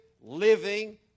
living